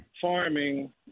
farming